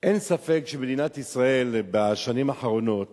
אין ספק שבמדינת ישראל בשנים האחרונות